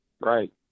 Right